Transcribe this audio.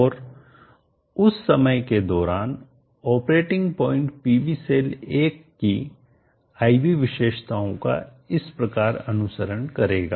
और उस समय के दौरान ऑपरेटिंग पॉइंट PV सेल 1 की I V विशेषताओं का इस प्रकार अनुसरण करेगा